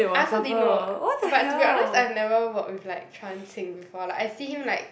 I also didn't know but to be honest I've never work with like Chan-Xi before like I see him like